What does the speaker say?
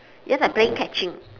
just like playing catching